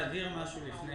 ומדברים